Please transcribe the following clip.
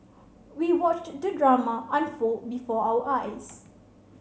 we watched the drama unfold before our eyes